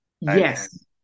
Yes